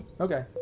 Okay